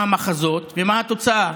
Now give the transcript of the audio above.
מה המחזות ומה התוצאה?